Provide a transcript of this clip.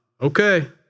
okay